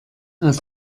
aus